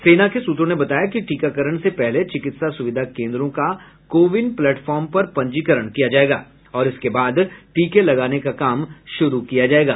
सेना के सूत्रों ने बताया कि टीकाकरण से पहले चिकित्सा सुविधा केंद्रों का कोविन प्लेटफॉर्म पर पंजीकरण किया जाएगा और इसके बाद टीके लगाने का काम शुरू किया जाएगा